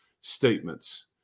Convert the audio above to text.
statements